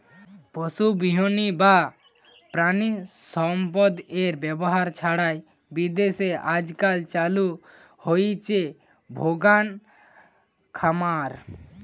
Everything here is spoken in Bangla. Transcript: পশুবিহীন বা প্রাণিসম্পদএর ব্যবহার ছাড়াই বিদেশে আজকাল চালু হইচে ভেগান খামার